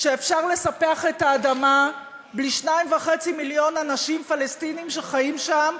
שאפשר לספח את האדמה בלי 2.5 מיליון אנשים פלסטינים שחיים שם,